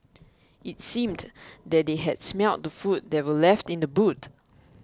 it seemed that they had smelt the food that were left in the boot